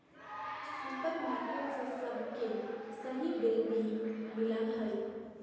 supermarket से सबके सही बिल भी मिला हइ